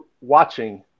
watching